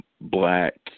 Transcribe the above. black